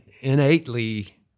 innately